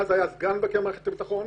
מי שאז היה סגן מבקר מערכת הביטחון.